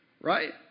Right